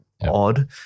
odd